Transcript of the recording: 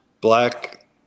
black